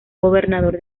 gobernador